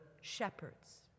shepherds